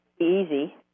easy